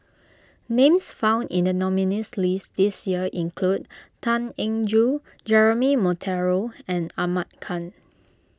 names found in the nominees' list this year include Tan Eng Joo Jeremy Monteiro and Ahmad Khan